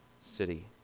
city